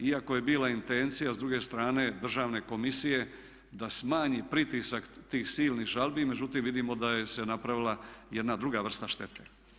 Iako je bila intencija s druge strane Državne komisije da smanji pritisak tih silnih žalbi međutim vidimo da se napravila jedna druga vrsta štete.